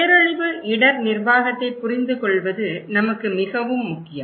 பேரழிவு இடர் நிர்வாகத்தைப் புரிந்துகொள்வது நமக்கு மிகவும் முக்கியம்